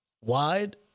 wide